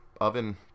oven